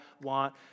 want